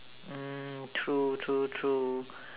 mm true true true